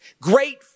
Great